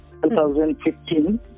2015